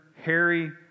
Harry